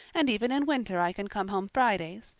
and even in winter i can come home fridays.